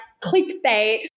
clickbait